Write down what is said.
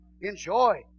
Enjoy